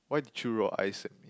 why did you roll eyes at me